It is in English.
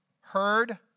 heard